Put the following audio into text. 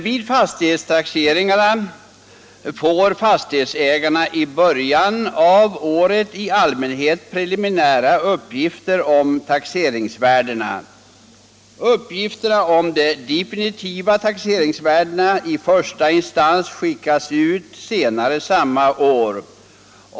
Vid fastighetstaxeringarna får fastighetsägarna i början av året i allmänhet preliminära uppgifter om taxeringsvärdena. Uppgifterna om de definitiva taxeringsvärdena i första instans skickas ut senare samma år.